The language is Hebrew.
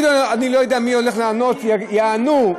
אני לא יודע מי הולך לענות, יענו,